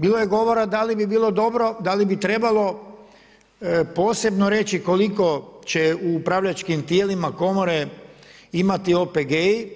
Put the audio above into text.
Bilo je govora da li bi bilo dobro, da li bi trebalo posebno reći koliko će upravljačkim tijelima komore imati OPG-i,